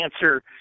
answer